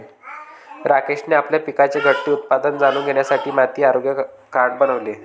राकेशने आपल्या पिकाचे घटते उत्पादन जाणून घेण्यासाठी माती आरोग्य कार्ड बनवले